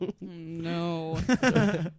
No